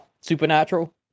supernatural